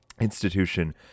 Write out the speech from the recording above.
institution